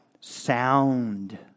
sound